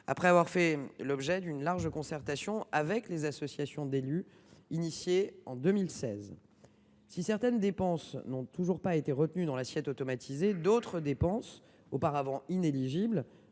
la réforme, à la suite d’une large concertation avec les associations d’élus, engagée en 2016. Ainsi, si certaines dépenses n’ont toujours pas été retenues dans l’assiette automatisée, d’autres dépenses auparavant inéligibles